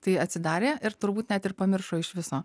tai atsidarė ir turbūt net ir pamiršo iš viso